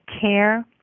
care